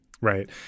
Right